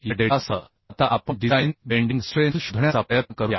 तर या डेटासह आता आपण डिझाइन बेंडिंग स्ट्रेंथ शोधण्याचा प्रयत्न करूया